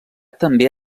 també